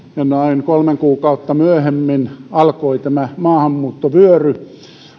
noin kolme kuukautta myöhemmin alkoi tämä maahanmuuttovyöry